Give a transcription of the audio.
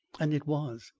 and it was,